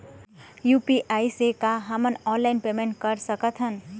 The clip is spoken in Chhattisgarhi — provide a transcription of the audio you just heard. यू.पी.आई से का हमन ऑनलाइन पेमेंट कर सकत हन?